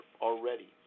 already